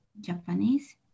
Japanese